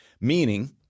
meaning